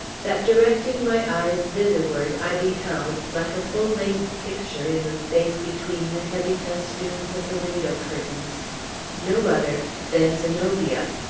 that, directing my eyes thitherward, i beheld like a full-length picture, in the space between the heavy festoons of the window curtains no other than zenobia!